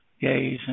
gays